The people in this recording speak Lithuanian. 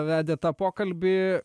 vedė tą pokalbį